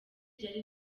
ryari